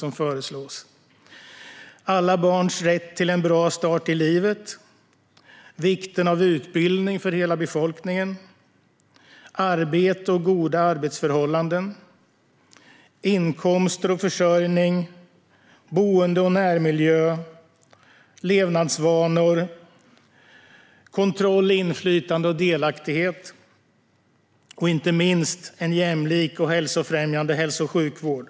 Det handlar om alla barns rätt till en bra start i livet, vikten av utbildning för hela befolkningen, arbete och goda arbetsförhållanden, inkomster och försörjning, boende och närmiljö, levnadsvanor, kontroll, inflytande och delaktighet samt, inte minst, en jämlik och hälsofrämjande hälso och sjukvård.